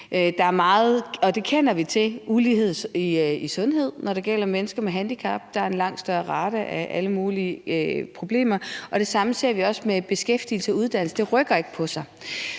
at der er meget ulighed i sundhed, når det gælder mennesker med handicap. Der er en langt større rate af alle mulige problemer, og det samme ser vi også inden for beskæftigelse og uddannelse. Det rykker ikke på sig,